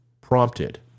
prompted